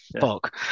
fuck